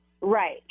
Right